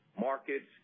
markets